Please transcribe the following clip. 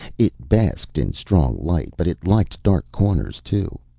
it basked in strong light, but it liked dark corners, too.